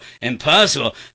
Impossible